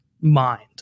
mind